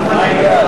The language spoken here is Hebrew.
מי נגד?